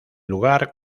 lugar